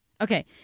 Okay